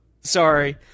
Sorry